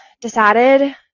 decided